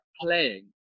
playing